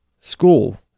school